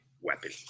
weapon